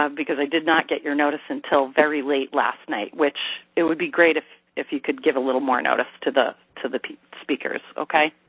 um because i did not get your notice until very late last night, which it would be great if if you could give a little more notice to the to the speakers. okay?